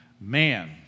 man